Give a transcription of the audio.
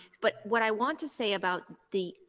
but what i want to say about the